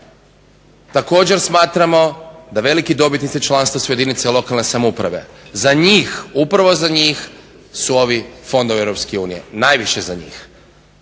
Također smatramo da veliki dobitnici članstva su i jedinice lokalne samouprave. Za njih, upravo za njih su ovi fondovi Europske unije, najviše za njih.